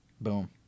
Boom